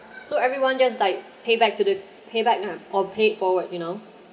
so everyone just like pay back to the payback ah or pay forward you know